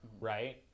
right